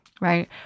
right